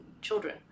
children